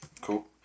Cool